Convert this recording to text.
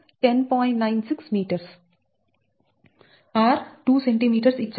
R 2cm ఇచ్చారు అంటే 0